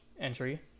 entry